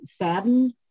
saddened